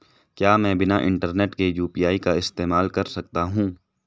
क्या मैं बिना इंटरनेट के यू.पी.आई का इस्तेमाल कर सकता हूं?